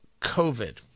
COVID